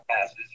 passes